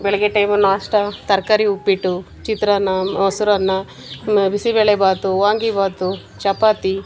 ಬೆಳಗ್ಗೆ ಟೈಮ್ ನಾಷ್ಟ ತರಕಾರಿ ಉಪ್ಪಿಟ್ಟು ಚಿತ್ರಾನ್ನ ಮೊಸರನ್ನ ಬಿಸಿಬೇಳೆಬಾತು ವಾಂಗಿಬಾತು ಚಪಾತಿ